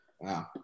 Wow